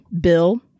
Bill